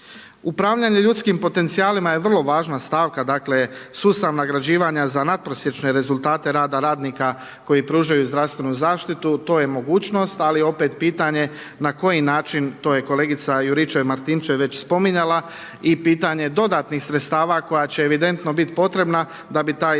Upravljanjem ljudskih potencijalima je vrlo važna stavka sustav nagrađivanja za nadprosječne rezultate rada radnika koji pružaju zdravstvenu zaštitu to je mogućnost ali opet pitanje na koji način, to je kolegica Juričev Martinčev spominjala. I pitanje dodatnih sredstava koja će evidentno biti potrebna da bi taj